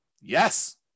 Yes